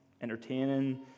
entertaining